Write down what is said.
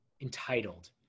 entitled